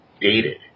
dated